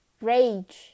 rage